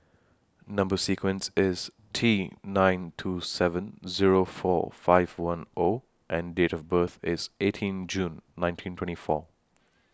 Number sequence IS T nine two seven Zero four five one O and Date of birth IS eighteen June nineteen twenty four